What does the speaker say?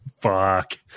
fuck